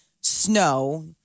snow